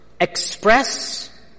express